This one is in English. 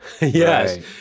Yes